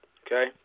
okay